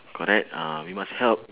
correct ah we must help